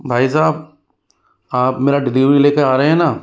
भाई साहब आप मेरा डिलीवरी लेकर आ रहे हैं न